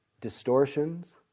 distortions